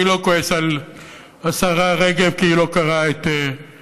אני לא כועס על השרה רגב כי היא לא קראה את צ'כוב,